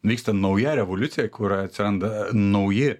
vyksta nauja revoliucija kur atsiranda nauji